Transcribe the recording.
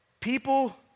People